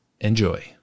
enjoy